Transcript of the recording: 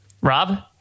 Rob